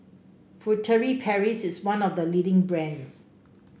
Furtere Paris is one of the leading brands